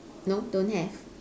no don't have